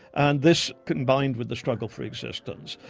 and this, combined with the struggle for existence,